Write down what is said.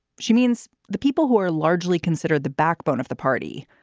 she means the people who are largely considered the backbone of the party.